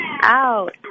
out